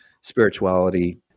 spirituality